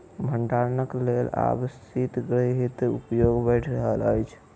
भंडारणक लेल आब शीतगृहक उपयोग बढ़ि रहल अछि